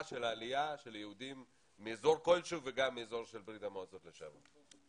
של העלייה של יהודים מאזור כלשהו וגם מהאזור של ברית המועצות לשעבר.